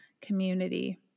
community